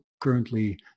currently